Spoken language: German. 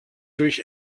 durch